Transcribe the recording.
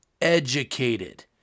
educated